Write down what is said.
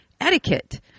etiquette